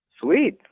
Sweet